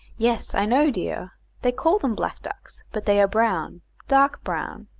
yes, i know, dear they call them black ducks, but they are brown dark brown.